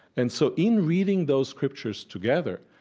and so in reading those scriptures together,